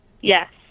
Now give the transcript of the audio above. Yes